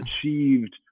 achieved